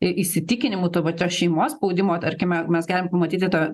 i įsitikinimų tuo vat tos šeimos spaudimo tarkime ar mes galim pamatyti tą